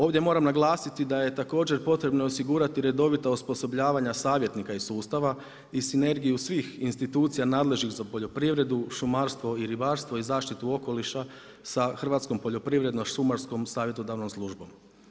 Ovdje moram naglasiti da je također potrebno osigurati redovito osposobljavanje savjetnika iz sustava i sinergiju svih institucija nadležnih za poljoprivredu, šumarstvo i ribarstvo i zaštitu okoliša sa Hrvatskom poljoprivredno-šumarskom savjetodavnom službom.